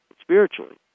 spiritually